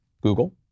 Google